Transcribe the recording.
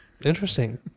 Interesting